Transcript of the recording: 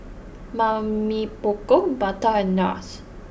Mamy Poko Bata and Nars